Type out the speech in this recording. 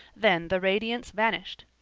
then the radiance vanished.